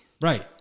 Right